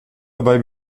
dabei